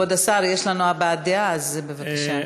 כבוד השר, יש לנו הבעת דעה, אז בבקשה.